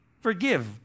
Forgive